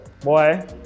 boy